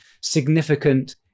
significant